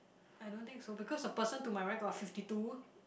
I don't think so because the person to my right got fifty two